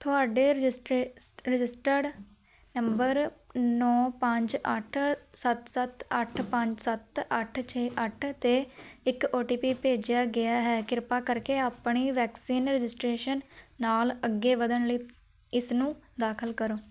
ਤੁਹਾਡੇ ਰਜਿਸਰੇ ਸ ਰਜਿਸਟਰਡ ਨੰਬਰ ਨੌ ਪੰਜ ਅੱਠ ਸੱਤ ਸੱਤ ਅੱਠ ਪੰਜ ਸੱਤ ਅੱਠ ਛੇ ਅੱਠ 'ਤੇ ਇੱਕ ਓ ਟੀ ਪੀ ਭੇਜਿਆ ਗਿਆ ਹੈ ਕਿਰਪਾ ਕਰਕੇ ਆਪਣੀ ਵੈਕਸੀਨ ਰਜਿਸਟ੍ਰੇਸ਼ਨ ਨਾਲ ਅੱਗੇ ਵਧਣ ਲਈ ਇਸਨੂੰ ਦਾਖਲ ਕਰੋ